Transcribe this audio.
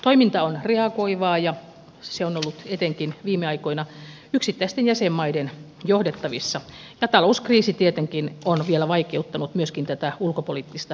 toiminta on reagoivaa ja se on ollut etenkin viime aikoina yksittäisten jäsenmaiden johdettavissa ja talouskriisi tietenkin on vielä vaikeuttanut myöskin tätä ulkopoliittista vaikuttamista